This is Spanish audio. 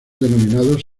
denominados